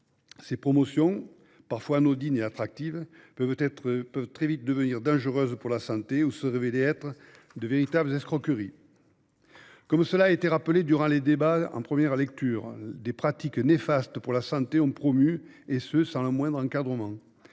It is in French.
Ces promotions, parfois anodines et attractives, peuvent très vite devenir dangereuses pour la santé où se révéler être de véritables escroqueries. Comme cela a été rappelé durant les débats en première lecture, des pratiques néfastes pour la santé sont promues sans le moindre encadrement.